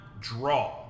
draw